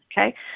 okay